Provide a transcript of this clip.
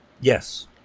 Yes